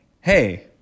Hey